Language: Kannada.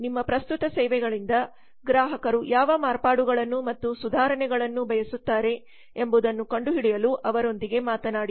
ನಿಮ್ಮ ಪ್ರಸ್ತುತ ಸೇವೆಗಳಿಂದ ಗ್ರಾಹಕರು ಯಾವ ಮಾರ್ಪಾಡುಗಳನ್ನು ಮತ್ತು ಸುಧಾರಣೆಗಳನ್ನು ಬಯಸುತ್ತಾರೆ ಎಂಬುದನ್ನು ಕಂಡುಹಿಡಿಯಲು ಅವರೊಂದಿಗೆ ಮಾತನಾಡಿ